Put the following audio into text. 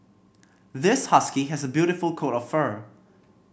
this husky has a beautiful coat of fur